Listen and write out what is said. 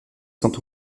sont